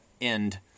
end